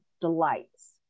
delights